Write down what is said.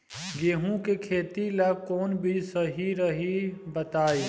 गेहूं के खेती ला कोवन बीज सही रही बताई?